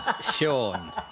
Sean